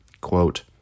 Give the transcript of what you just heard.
quote